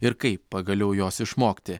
ir kaip pagaliau jos išmokti